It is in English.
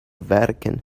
vatican